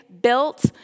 built